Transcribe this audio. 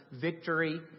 victory